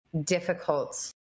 difficult